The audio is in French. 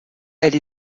elle